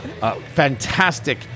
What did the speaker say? Fantastic